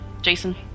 Jason